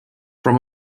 from